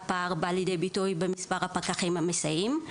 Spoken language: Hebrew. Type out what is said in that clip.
הפער בא לידי ביטוי במספר הפקחים המסייעים,